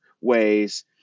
ways